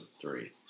three